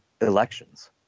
elections